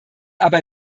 aber